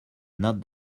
not